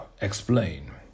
explain